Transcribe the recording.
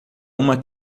uma